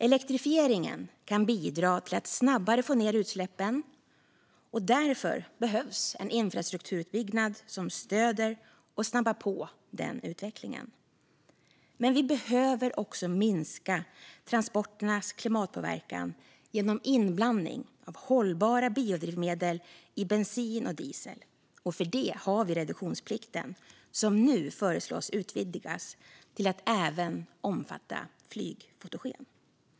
Elektrifieringen kan bidra till att snabbare få ned utsläppen från transportsektorn, och därför behövs en infrastrukturutbyggnad som stöder och snabbar på den utvecklingen. Men vi behöver också minska transporternas klimatpåverkan genom inblandning av hållbara biodrivmedel i bensin och diesel. För detta har vi reduktionsplikten, som nu föreslås utvidgas till att omfatta även flygfotogen.